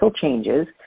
changes